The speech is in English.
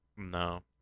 No